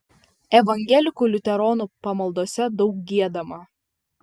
evangelikų liuteronų pamaldose daug giedama